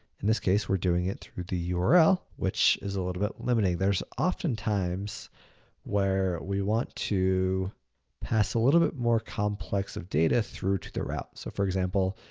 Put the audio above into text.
in this case, we're doing it through the yeah url, which is a little bit limiting. there's often times where we want to pass a little bit more complex of data through to the route. so for example,